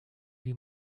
wie